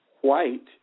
white